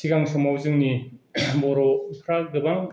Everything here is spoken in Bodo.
सिगां समाव जोंनि बर'फ्रा गोबां